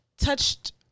touched